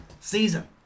season